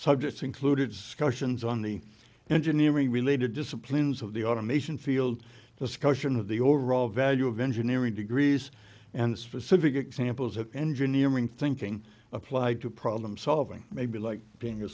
subjects included scotians on the engineering related disciplines of the automation field discussion of the overall value of engineering degrees and specific examples of engineering thinking applied to problem solving may be like being a